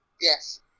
yes